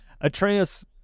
Atreus